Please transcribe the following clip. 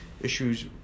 issues